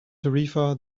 tarifa